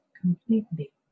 completely